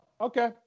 Okay